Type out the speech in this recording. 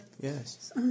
yes